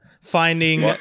finding